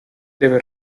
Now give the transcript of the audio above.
debe